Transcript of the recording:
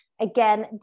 again